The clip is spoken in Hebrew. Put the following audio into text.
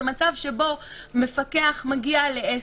ומצב שמפקח מגיע לעסק,